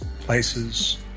places